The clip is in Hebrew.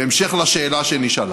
בהמשך לשאלה שנשאלה,